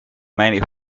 many